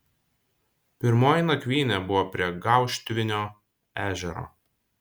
pirmoji nakvynė buvo prie gauštvinio ežero